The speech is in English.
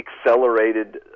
accelerated